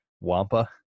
wampa